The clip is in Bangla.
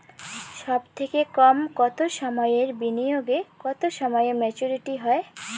সবথেকে কম কতো সময়ের বিনিয়োগে কতো সময়ে মেচুরিটি হয়?